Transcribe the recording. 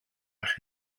eich